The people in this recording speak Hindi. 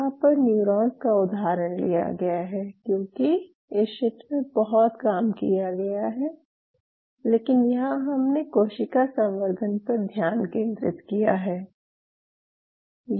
यहाँ पर न्यूरॉन्स का उदाहरण लिया गया है क्यूंकि इस क्षेत्र में बहुत काम किया गया है लेकिन यहाँ हमने कोशिका संवर्धन पर ध्यान केंद्रित किया है